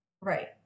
right